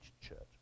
church